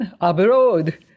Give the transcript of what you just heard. abroad